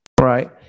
right